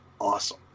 awesome